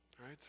Right